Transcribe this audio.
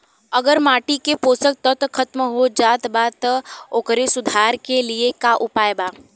अगर माटी के पोषक तत्व खत्म हो जात बा त ओकरे सुधार के लिए का उपाय बा?